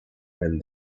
and